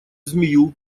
змею